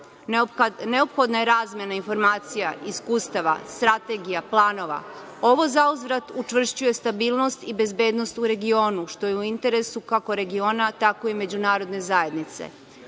Neophodna je razmena informacija, iskustava, strategija, planova. Ovo zauzvrat učvršćuje stabilnost i bezbednost u regionu, što je u interesu, kako regiona, tako i Međunarodne zajednice.U